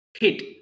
hit